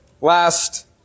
last